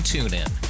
TuneIn